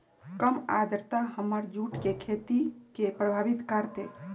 कम आद्रता हमर जुट के खेती के प्रभावित कारतै?